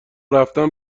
رفتن